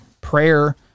prayer